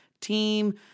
team